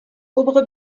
obere